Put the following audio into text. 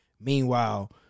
Meanwhile